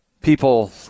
people